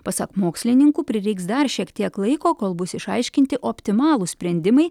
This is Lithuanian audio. pasak mokslininkų prireiks dar šiek tiek laiko kol bus išaiškinti optimalūs sprendimai